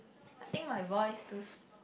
I think my voice too